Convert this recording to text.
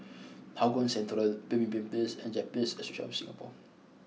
Hougang Central Pemimpin Place and Japanese Association of Singapore